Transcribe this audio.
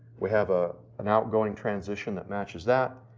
we have ah an outgoing transition that matches that,